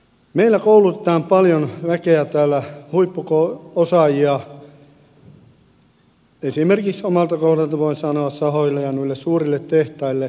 meillä koulutetaan paljon väkeä täällä huippuosaajia esimerkiksi omalta kohdaltani voin sanoa sahoille ja noille suurille tehtaille